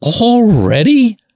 already